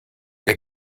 der